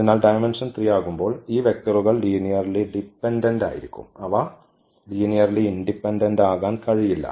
അതിനാൽ ഡയമെന്ഷൻ 3 ആകുമ്പോൾ ഈ വെക്റ്ററുകൾ ലീനിയർലി ഡിപെൻഡന്റ് ആയിരിക്കും അവ ലീനിയർലി ഇൻഡിപെൻഡന്റ് ആകാൻ കഴിയില്ല